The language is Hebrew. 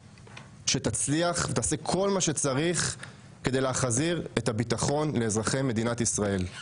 שתצליח ותעשה כל מה שצריך כדי להחזיר את הביטחון לאזרחי מדינת ישראל.